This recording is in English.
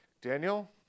Daniel